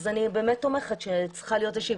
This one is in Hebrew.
אז אני באמת תומכת שצריכה להיות איזה שהיא